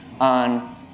on